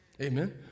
Amen